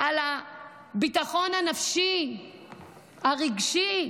על הביטחון הנפשי, הרגשי.